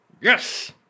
yes